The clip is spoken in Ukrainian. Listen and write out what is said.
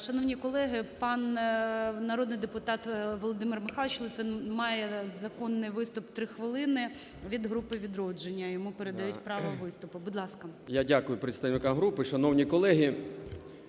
Шановні колеги, пан народний депутат Володимир Михайлович Литвин має законний виступ в 3 хвилини, від групи "Відродження" йому передають право виступу. Будь ласка. 13:17:34 ЛИТВИН В.М. Я дякую представникам групи. Шановні колеги!